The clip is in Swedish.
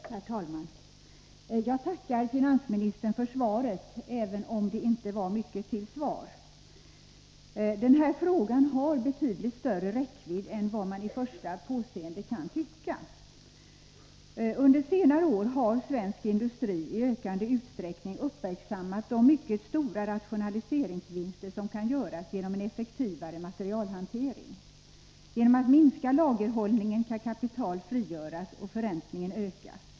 Herr talman! Jag tackar finansministern för svaret, även om det inte var mycket till svar. Den här frågan har betydligt större räckvidd än vad man vid första påseende kan tycka. Under senare år har svensk industri i ökande utsträckning uppmärksammat de mycket stora rationaliseringsvinster som kan göras genom en effektivare materialhantering. Genom att minska lagerhållningen kan kapital frigöras och förräntningen ökas.